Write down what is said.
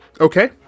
Okay